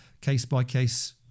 case-by-case